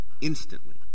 instantly